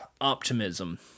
optimism